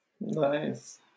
Nice